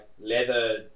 leather